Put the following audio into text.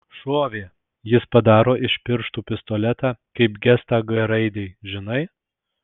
šovė jis padaro iš pirštų pistoletą kaip gestą g raidei žinai